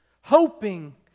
hoping